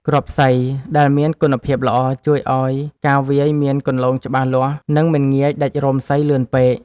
គ្រាប់សី ដែលមានគុណភាពល្អជួយឱ្យការវាយមានគន្លងច្បាស់លាស់ និងមិនងាយដាច់រោមសីលឿនពេក។